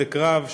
בצדק רב,